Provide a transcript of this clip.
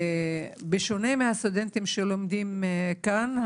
בשונה מהסטודנטים שלומדים כאן,